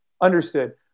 Understood